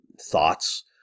thoughts